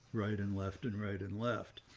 right and left and right and left.